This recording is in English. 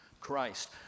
Christ